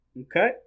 Okay